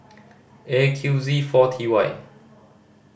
A Q Z four T Y